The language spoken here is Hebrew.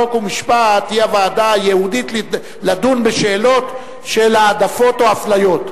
חוק ומשפט היא הוועדה הייעודית לדון בשאלות של העדפות או אפליות.